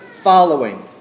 following